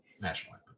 National